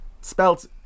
Spelt